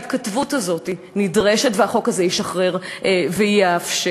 ההתכתבות הזאת נדרשת, והחוק הזה ישחרר ויאפשר.